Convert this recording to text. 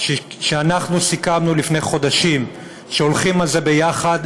כי כשאנחנו סיכמנו לפני חודשים שהולכים על זה ביחד,